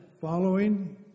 following